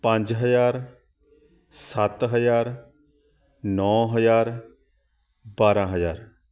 ਪੰਜ ਹਜ਼ਾਰ ਸੱਤ ਹਜ਼ਾਰ ਨੌ ਹਜ਼ਾਰ ਬਾਰ੍ਹਾਂ ਹਜ਼ਾਰ